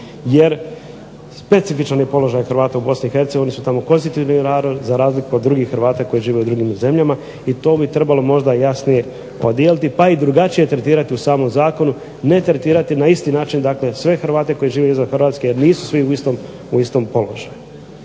Jer specifičan je položaj Hrvata u BiH. oni su tamo konstitutivni narod za razliku od drugih HRvata koji žive u drugim zemljama i to bi trebalo možda jasnije podijeliti pa i drugačije tretirati u samom zakonu, ne tretirati na isti način dakle sve Hrvate izvan HRvatske jer nisu svi u istom položaju.